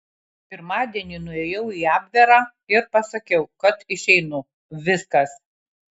pirmadienį nuėjau į abverą ir pasakiau kad išeinu viskas